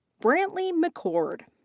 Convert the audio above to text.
brantly mccord.